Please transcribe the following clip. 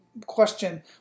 question